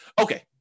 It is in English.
Okay